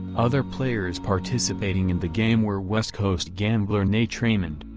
other players participating in the game were west coast gambler nate raymond,